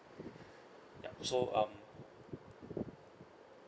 yup so um